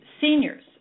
seniors